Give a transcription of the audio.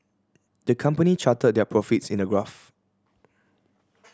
the company charted their profits in a graph